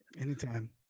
Anytime